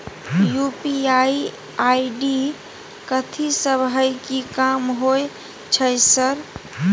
UPI ID कथि सब हय कि काम होय छय सर?